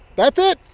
that's it.